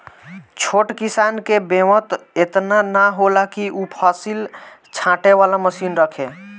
छोट किसान के बेंवत एतना ना होला कि उ फसिल छाँटे वाला मशीन रखे